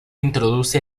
introduce